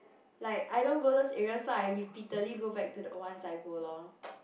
like I don't go those areas so I repeatedly go back to the ones I go lor